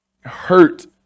hurt